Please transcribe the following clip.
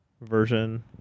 version